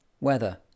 Weather